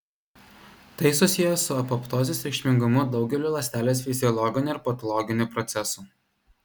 tai susiję su apoptozės reikšmingumu daugeliui ląstelės fiziologinių ir patologinių procesų